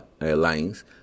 lines